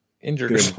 injured